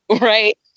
right